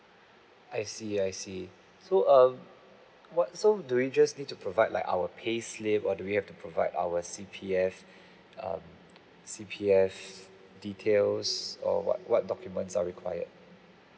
I see I see so um what so do we just need to provide like our payslip or do we have to provide our C_P_F um C_P_F details or what what documents are required